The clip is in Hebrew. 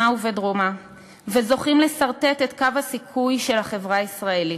ובדרומה וזוכים לסרטט את קו הסיכוי של החברה הישראלית.